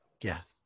Yes